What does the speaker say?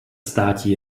státi